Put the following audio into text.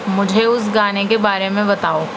مجھے اُس گانے کے بارے میں بتاؤ